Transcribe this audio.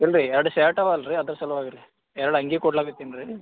ಇಲ್ಲ ರೀ ಎರಡು ಶರ್ಟ್ ಅವೆ ಅಲ್ರೀ ಅದ್ರ ಸಲ್ವಾಗಿ ರೀ ಎರಡು ಅಂಗಿ ಕೊಡ್ಲಾಕತ್ತೀನಿ ರೀ